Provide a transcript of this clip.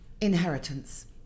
Inheritance